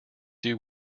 due